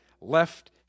left